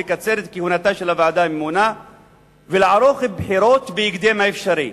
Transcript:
לקצר את כהונתה של הוועדה הממונה ולערוך בחירות בהקדם האפשרי.